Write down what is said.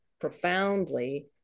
profoundly